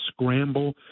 scramble